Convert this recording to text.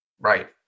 Right